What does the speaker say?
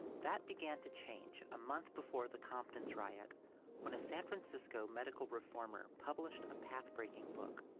that began to change a month before the compton's riot when a san francisco medical reformer published a path-breaking book.